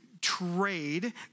trade